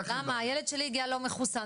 הילד שלי הגיע לא מחוסן.